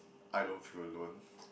I don't feel alone